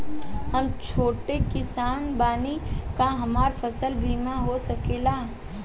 हम छोट किसान बानी का हमरा फसल बीमा हो सकेला?